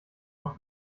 noch